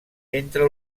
entre